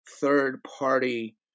third-party